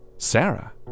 Sarah